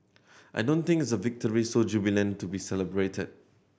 I don't think it's the victory so jubilant to be celebrated